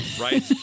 right